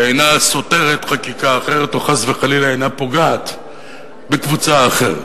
שאינה סותרת חקיקה אחרת או חס וחלילה אינה פוגעת בקבוצה אחרת.